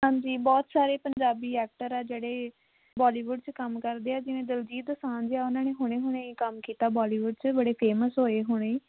ਹਾਂਜੀ ਬਹੁਤ ਸਾਰੇ ਪੰਜਾਬੀ ਐਕਟਰ ਆ ਜਿਹੜੇ ਬੋਲੀਵੁੱਡ 'ਚ ਕੰਮ ਕਰਦੇ ਆ ਜਿਵੇਂ ਦਲਜੀਤ ਦੋਸਾਂਝ ਆ ਉਹਨਾਂ ਨੇ ਹੁਣੇ ਹੁਣੇ ਹੀ ਕੰਮ ਕੀਤਾ ਬੋਲੀਵੁੱਡ 'ਚ ਬੜੇ ਫੇਮਸ ਹੋਏ ਹੁਣੇ